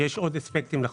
כי יש עוד אספקטים בחוק,